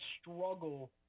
struggle